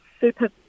super